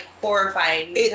horrifying